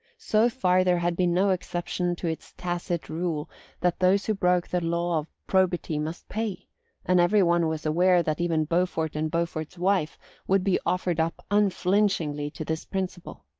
so far there had been no exception to its tacit rule that those who broke the law of probity must pay and every one was aware that even beaufort and beaufort's wife would be offered up unflinchingly to this principle.